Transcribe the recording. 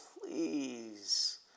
please